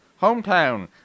Hometown